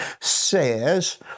says